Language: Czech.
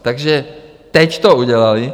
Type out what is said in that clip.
Takže teď to udělali.